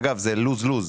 אגב, זה לוז-לוז.